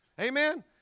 Amen